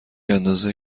اندازه